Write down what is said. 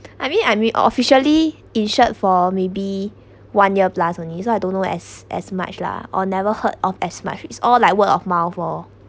I mean I'm officially insured for maybe one year plus only so I don't know as as much lah or never heard of as much it's all like word of mouth lor